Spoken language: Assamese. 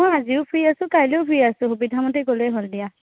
অঁ আজিও ফ্ৰী আছোঁ কাইলৈয়ো ফ্ৰী আছোঁ সুবিধামতে গ'লেই হ'ল দিয়া